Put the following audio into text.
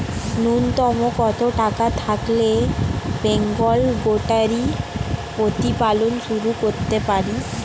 নূন্যতম কত টাকা থাকলে বেঙ্গল গোটারি প্রতিপালন শুরু করতে পারি?